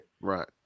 Right